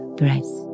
breath